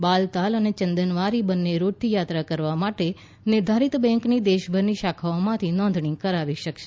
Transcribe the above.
બાલતાલ અને ચંદનવારી બંને રૂટથી યાત્રા કરવા માટે નિર્ધારીત બેન્કની દેશભરની શાખાઓમાંથી નોધણી કરાવી શકાશે